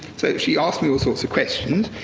so she asked me all sorts of questions,